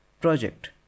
project